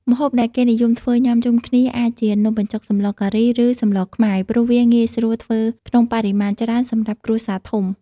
ម្ហូបដែលគេនិយមធ្វើញុំាជុំគ្នាអាចជានំបញ្ចុកសម្លការី ឬ សម្លខ្មែរ ព្រោះវាងាយស្រួលធ្វើក្នុងបរិមាណច្រើនសម្រាប់គ្រួសារធំ។